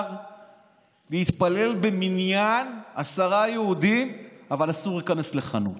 להתפלל במניין עשרה יהודים אבל אסור להיכנס לחנות.